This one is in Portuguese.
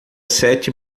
sete